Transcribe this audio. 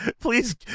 please